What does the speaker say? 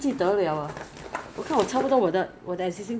um they they have a few they have a few